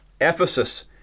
Ephesus